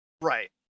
Right